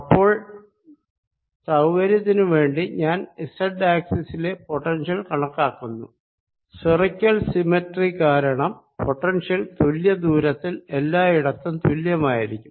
അപ്പോൾ സൌകര്യത്തിനു വേണ്ടി ഞാൻ z ആക്സിസിലെ പൊട്ടൻഷ്യൽ കണക്കാക്കുന്നു സ്ഫറിക്കൽ സിമെട്രി കാരണം പൊട്ടൻഷ്യൽ തുല്യ ദൂരത്തിൽ എല്ലായിടത്തും തുല്യമായിരിക്കും